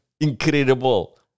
incredible